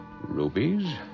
Rubies